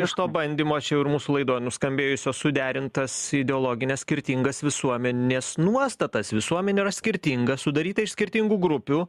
iš to bandymo čia jau ir mūsų laidoj nuskambėjusio suderint tas ideologines skirtingas visuomenės nuostatas visuomenė yra skirtinga sudaryta iš skirtingų grupių